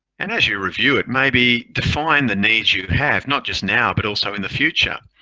and as you review it, maybe define the needs you have. not just now, but also in the future.